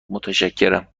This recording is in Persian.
متشکرم